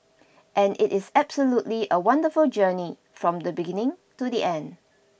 and it is absolutely a wonderful journey from the beginning to the end